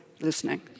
listening